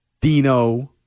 Dino